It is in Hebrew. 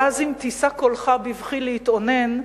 ואז אם תישא קולך בבכי להתאונן,